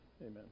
Amen